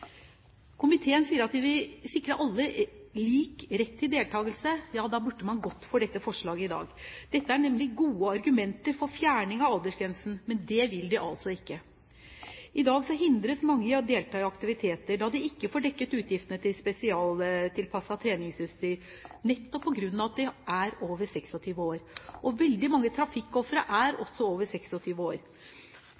Komiteen sier at de vil sikre alle lik rett til deltakelse. Da burde man gått inn for dette forslag i dag. Dette er nemlig gode argumenter for fjerning av aldersgrensen, men det vil de altså ikke. I dag hindres mange i å delta i aktiviteter da de ikke får dekket utgifter til spesialtilpasset treningsutstyr, nettopp på grunn av at de er over 26 år. Veldig mange trafikkofre er